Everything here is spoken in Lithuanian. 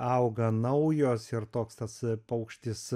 auga naujos ir toks tas paukštis